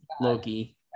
Loki